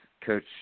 coach